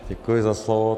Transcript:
Děkuji za slovo.